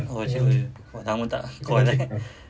oh cik rozi lama tak call eh